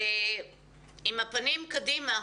אנחנו עם הפנים קדימה.